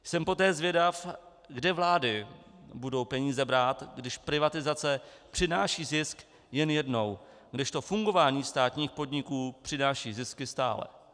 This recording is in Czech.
Jsem poté zvědav, kde vlády budou peníze brát, když privatizace přináší zisk jen jednou, kdežto fungování státních podniků přináší zisky stále.